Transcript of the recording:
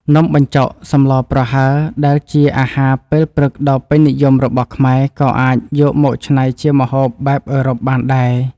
នំបញ្ចុកសម្លប្រហើរដែលជាអាហារពេលព្រឹកដ៏ពេញនិយមរបស់ខ្មែរក៏អាចយកមកច្នៃជាម្ហូបបែបអឺរ៉ុបបានដែរ។